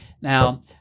Now